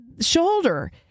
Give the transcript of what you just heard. shoulder